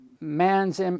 man's